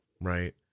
Right